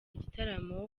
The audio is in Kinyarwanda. igitaramo